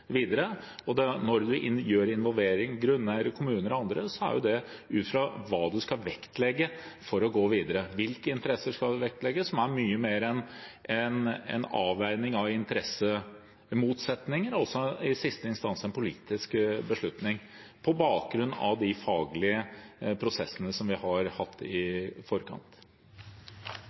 Når en involverer grunneiere, kommuner og andre, er jo det ut fra hva en skal vektlegge for å gå videre, hvilke interesser en skal vektlegge, som er mye mer enn en avveining av interessemotsetninger, og som i siste instans er en politisk beslutning, på bakgrunn av de faglige prosessene en har hatt i forkant.